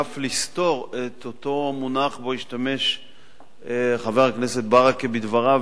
ואף לסתור את אותו מונח שבו השתמש חבר הכנסת ברכה בדבריו